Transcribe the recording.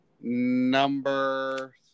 number